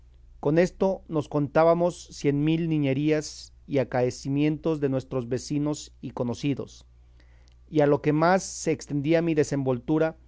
con esto nos contábamos cien mil niñerías y acaecimientos de nuestros vecinos y conocidos y a lo que más se entendía mi desenvoltura